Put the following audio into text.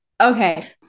Okay